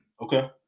Okay